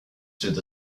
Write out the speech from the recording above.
through